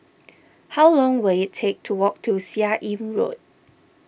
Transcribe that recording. how long will it take to walk to Seah Im Road